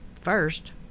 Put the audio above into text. first